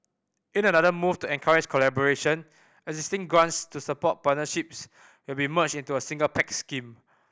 in another move to encourage collaboration existing grants to support partnerships will be merged into a single Pact scheme